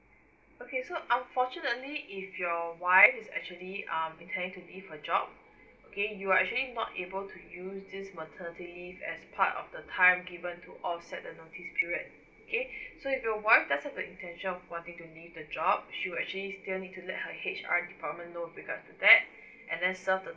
okay so unfortunately if your wife is actually um intending to leave her job okay you are actually not able to use this maternity leave as part of the time given to offset the notice period okay so if your wife does have the intention of wanting to leave the job she will actually still need to let her H_R department know with regards to that and then serve the